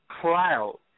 cloud